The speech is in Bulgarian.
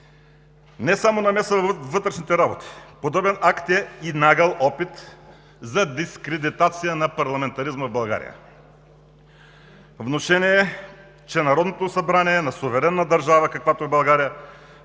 Не само намеса във вътрешните работи, подобен акт е и нагъл опит за дискредитация на парламентаризма в България. Внушение, че Народното събрание на суверенна държава, каквато е България,